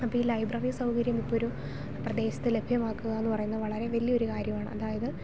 അപ്പം ഈ ലൈബ്രറി സൗകര്യം ഇപ്പം ഒരു പ്രദേശത്ത് ലഭ്യമാക്കാന്ന് പറയുന്ന വളരെ വലിയ ഒരു കാര്യം ആണ് അതായത്